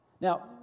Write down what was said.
Now